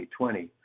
2020